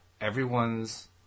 everyone's